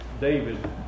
David